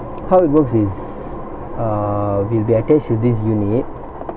how it works is err we'll be attached to this unit